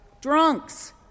drunks